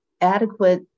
adequate